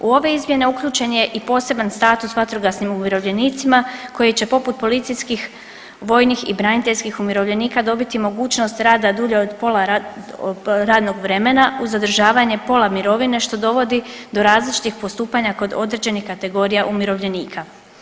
U ove izmjene uključen je i poseban status vatrogasnim umirovljenicima koji će poput policijskih, vojnih i braniteljskih umirovljenika dobiti mogućnost rada dulje od pola radnog vremena uz zadržavanje pola mirovine što dovodi do različitih postupanja kod određenih kategorija umirovljenika.